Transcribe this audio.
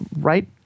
right